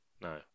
No